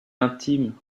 intime